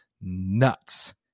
nuts